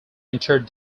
entered